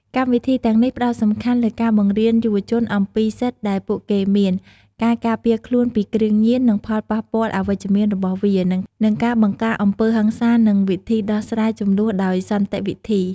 កម្មវិធីទាំងនេះផ្តោតសំខាន់លើការបង្រៀនយុវជនអំពីសិទ្ធិដែលពួកគេមាន ការការពារខ្លួនពីគ្រឿងញៀន និងផលប៉ះពាល់អវិជ្ជមានរបស់វា និងការបង្ការអំពើហិង្សា និងវិធីដោះស្រាយជម្លោះដោយសន្តិវិធី។